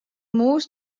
mûs